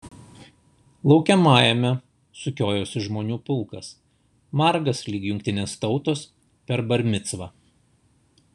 laukiamajame sukiojosi žmonių pulkas margas lyg jungtinės tautos per bar micvą